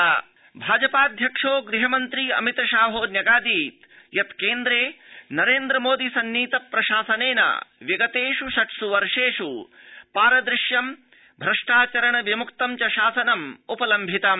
अमितशाह भ्रष्टाचार भाजपाध्यक्षो गृहमन्त्री अमित शाहो न्यगादीत् यत् केन्द्रे नरेन्द्र मोदि सन्नीत प्रशासनेन विगतेष् षट्स् वर्षेष् पारदृश्य भ्रष्टाचरण मुक्त च शासनम् उपलम्भितम्